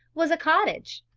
was a cottage,